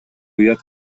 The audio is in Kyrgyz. уят